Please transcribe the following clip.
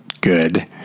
good